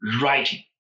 writing